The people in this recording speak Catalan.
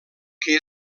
que